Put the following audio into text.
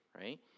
Right